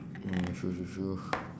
oh true true true